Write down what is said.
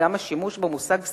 גם השימוש במושג "סלקציה"